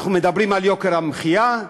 אנחנו מדברים על יוקר המחיה,